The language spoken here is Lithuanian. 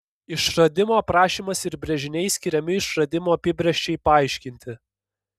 išradimo aprašymas ir brėžiniai skiriami išradimo apibrėžčiai paaiškinti